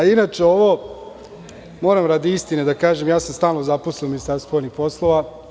Inače, ovo moram radi istine da kažem, stalno sam zaposleni u Ministarstvu spoljnih poslova.